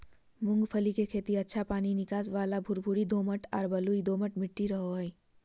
मूंगफली के खेती अच्छा पानी निकास वाला भुरभुरी दोमट आर बलुई दोमट मट्टी रहो हइ